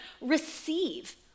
receive